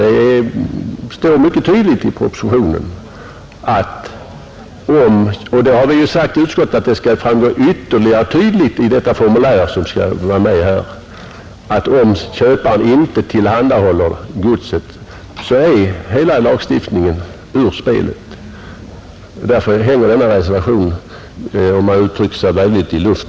Det står mycket tydligt i propositionen och majoriteten i utskottet anser att det bör framgå ännu tydligare av formuläret att om köparen inte tillhandahåller godset är hela lagstiftningen ur spel. Därför hänger denna reservation i luften, för att uttrycka det välvilligt.